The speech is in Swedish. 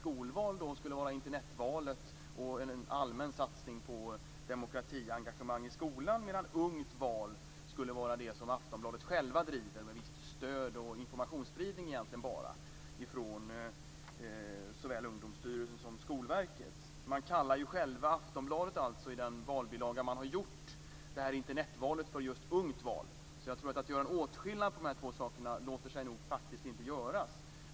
Skolval skulle då vara Internetvalet och en allmän satsning på demokratiengagemang i skolan medan Ungt val skulle vara det som Aftonbladet självt driver med viss hjälp, egentligen bara med informationsspridning, från såväl Ungdomsstyrelsen som Skolverket. I den valbilaga som Aftonbladet har gjort kallar ju Aftonbladet självt det här Internetvalet för just "ungt val", så jag tror faktiskt inte att en åtskillnad mellan de här två sakerna låter sig göras.